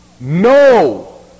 no